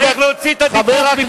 צריך להוציא את הדיבוק מפה.